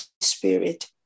Spirit